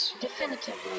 definitively